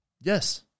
Yes